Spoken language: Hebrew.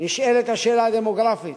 נשאלת השאלה הדמוגרפית,